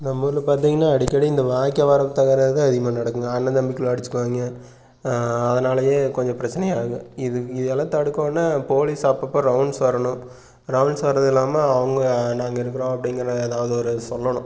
நம்ம ஊரில் பார்த்திங்ன்னா அடிக்கடி இந்த வாய்க்கால் வரப்பு தகராறுதான் அதிகமாக நடக்கும்ங்க அண்ண தம்பிகுள்ள அடிச்சிக்குவாங்க அதனாலேயே கொஞ்ச பிரச்சனையாக இருக்கும் இது இதெலாம் தடுக்கணும்னால் போலீஸ் அப்பப்போ ரவுண்ட்ஸ் வரணும் ரவுண்ட்ஸ் வரதுல்லாமல் அவங்க நாங்கள் இருக்கிறோம் அப்படிங்குற ஏதாவது ஒரு சொல்லணும்